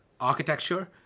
architecture